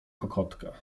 kokotka